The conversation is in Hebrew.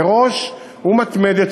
מראש ומתמדת,